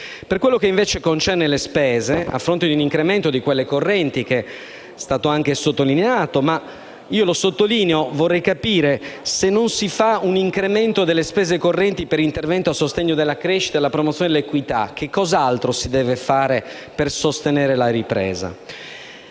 Per quanto concerne invece le spese, c'è stato un incremento di quelle correnti, come è stato anche sottolineato. Tuttavia, vorrei capire una cosa: se non si fa un incremento delle spese correnti per interventi a sostegno della crescita e della promozione dell'equità, che cos'altro si deve fare per sostenere la ripresa?